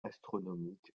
astronomique